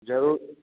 ज़रूरु